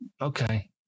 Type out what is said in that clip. okay